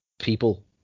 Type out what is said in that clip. people